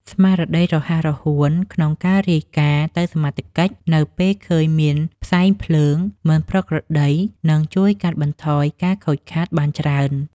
ស្មារតីរហ័សរហួនក្នុងការរាយការណ៍ទៅសមត្ថកិច្ចនៅពេលឃើញមានផ្សែងភ្លើងមិនប្រក្រតីនឹងជួយកាត់បន្ថយការខូចខាតបានច្រើន។